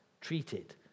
treated